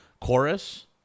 chorus